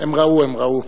הם ראו, הם ראו.